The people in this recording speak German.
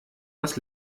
was